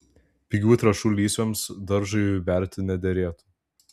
pigių trąšų lysvėms daržui berti nederėtų